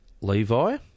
Levi